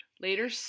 Later